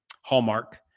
hallmark